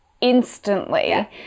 instantly